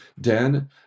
Dan